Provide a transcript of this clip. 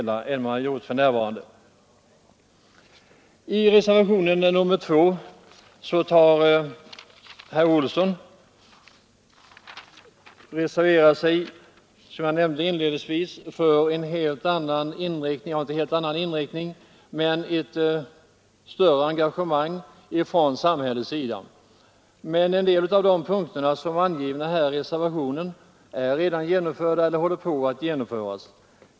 I reservationen 2 uttalar sig herr Olsson i Stockholm, som jag nämnde inledningsvis, för ett större engagemang från samhällets sida. En del av de punkter som är angivna i reservationen är emellertid redan genomförda eller håller på att genomföras.